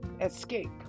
escape